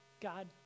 God